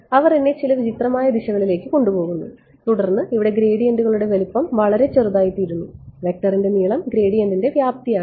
അവർ എന്നെ ചില വിചിത്രമായ ദിശകളിലേക്ക് കൊണ്ടുപോകുന്നു തുടർന്ന് ഇവിടെ ഗ്രേഡിയന്റുകളുടെ വലുപ്പം വളരെ ചെറുതായിത്തീരുന്നു വെക്ടറിന്റെ നീളം ഗ്രേഡിയന്റിന്റെ വ്യാപ്തിയാണ്